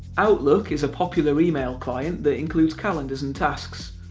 outlook is a popular email client that includes calendars and tasks.